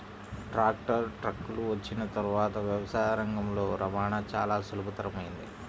tractor, ట్రక్కులు వచ్చిన తర్వాత వ్యవసాయ రంగంలో రవాణా చాల సులభతరమైంది